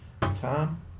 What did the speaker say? Tom